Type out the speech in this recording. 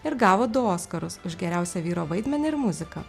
ir gavo du oskarus už geriausią vyro vaidmenį ir muziką